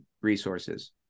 resources